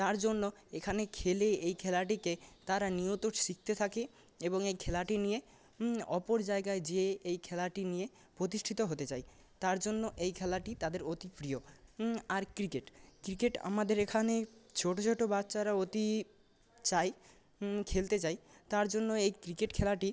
তার জন্য এখানে খেলে এই খেলাটিকে তারা নিয়মিত শিখতে থাকে এবং এই খেলাটি নিয়ে অপর জায়গায় যেয়ে এই খেলাটি নিয়ে প্রতিষ্ঠিত হতে চায় তার জন্য এই খেলাটি তাদের অতি প্রিয় আর ক্রিকেট ক্রিকেট আমাদের এখানে ছোট ছোট বাচ্চারা অতি চায় খেলতে চায় তার জন্য এই ক্রিকেট খেলাটি